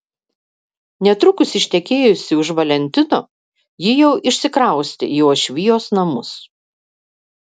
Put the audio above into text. netrukus ištekėjusi už valentino ji jau išsikraustė į uošvijos namus